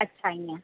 अच्छा ईअं